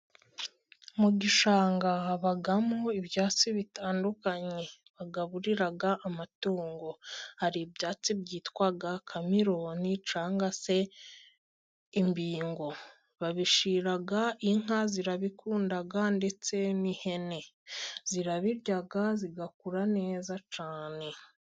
Mu gishanga habamo ibyatsi bitandukanye bagaburira amatungo, hari ibyatsi byitwa kameroni cyangwa se imbingo, babishyira inka zirabukunda ndetse n'ihene zirabirya zigakura neza cyane.